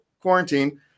quarantine